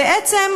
בעצם,